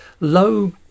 low